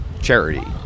charity